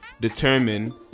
determine